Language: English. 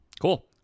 cool